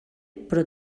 però